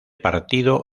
partido